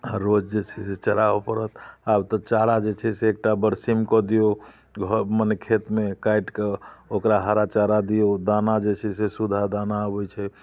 हररोज जे छै से चराबऽ पड़त आब तऽ चारा जे छै से एकटा बड़सीम कऽ दियौ भऽ मने खेतमे काटिकऽ ओकरा हरा चारा दियौ दाना जे छै से सुधा दाना होइ छै